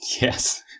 Yes